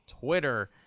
Twitter